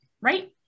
Right